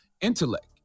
intellect